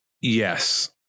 Yes